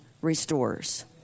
restores